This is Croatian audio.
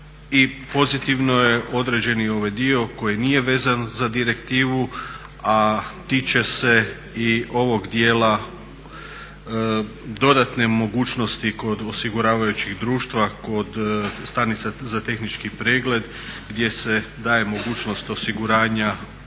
i pozitivno je određen i ovaj dio koji nije vezan za direktivu, a tiče se i ovog dijela dodatne mogućnosti kod osiguravajućih društava kod stanica za tehnički pregled gdje se daje mogućnost osiguranja